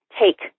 take